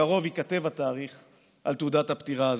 בקרוב ייכתב התאריך על תעודת הפטירה הזאת,